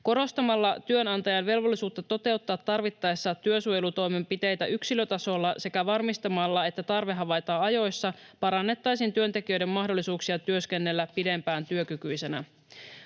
Korostamalla työnantajan velvollisuutta toteuttaa tarvittaessa työsuojelutoimenpiteitä yksilötasolla sekä varmistamalla, että tarve havaitaan ajoissa, parannettaisiin työntekijöiden mahdollisuuksia työskennellä pidempään työkykyisenä.